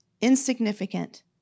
insignificant